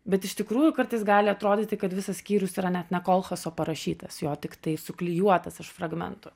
bet iš tikrųjų kartais gali atrodyti kad visas skyrius yra net ne kolchaso parašytas jo tiktai suklijuotas iš fragmentų